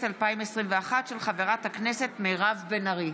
התשפ"ב 2021, של חברת הכנסת מירב בן ארי.